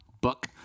book